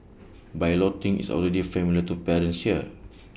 balloting is already familiar to parents here